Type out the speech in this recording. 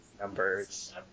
numbers